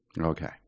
Okay